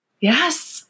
Yes